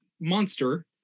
monster